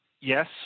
yes